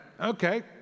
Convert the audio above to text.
Okay